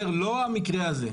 לא המקרה הזה.